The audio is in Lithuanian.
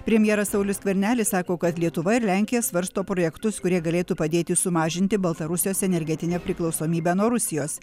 premjeras saulius skvernelis sako kad lietuva ir lenkija svarsto projektus kurie galėtų padėti sumažinti baltarusijos energetinę priklausomybę nuo rusijos